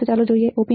તો ચાલો સ્લાઈડ જોઈએ